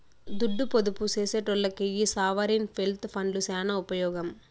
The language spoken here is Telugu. దుడ్డు పొదుపు సేసెటోల్లకి ఈ సావరీన్ వెల్త్ ఫండ్లు సాన ఉపమోగం